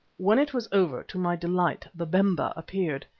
when it was over, to my delight, babemba appeared.